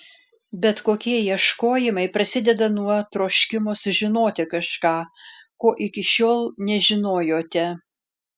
bet kokie ieškojimai prasideda nuo troškimo sužinoti kažką ko iki šiol nežinojote